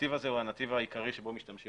הנתיב הזה הוא הנתיב העיקרי בו משתמשים